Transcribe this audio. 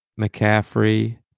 McCaffrey